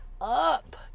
up